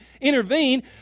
intervene